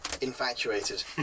infatuated